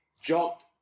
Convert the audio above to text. jogged